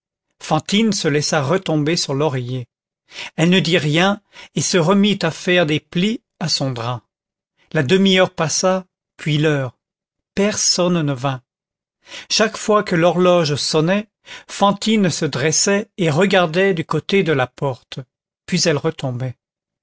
fantine se laissa retomber sur l'oreiller elle ne dit rien et se remit à faire des plis à son drap la demi-heure passa puis l'heure personne ne vint chaque fois que l'horloge sonnait fantine se dressait et regardait du côté de la porte puis elle retombait